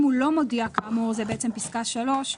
אם הוא לא מודיע כאמור, זה פסקה (3),